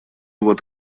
вот